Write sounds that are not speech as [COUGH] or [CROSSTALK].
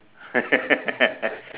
[LAUGHS]